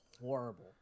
Horrible